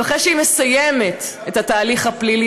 ואחרי שהיא מסיימת את התהליך הפלילי,